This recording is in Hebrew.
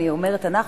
אני אומרת "אנחנו",